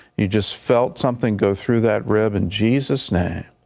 you just felt something go through that rib in jesus' name,